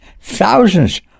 thousands